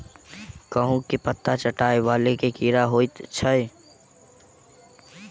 कद्दू केँ पात चाटय वला केँ कीड़ा होइ छै?